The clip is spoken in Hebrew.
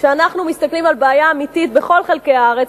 כשאנחנו מסתכלים על בעיה אמיתית שקיימת בכל חלקי הארץ,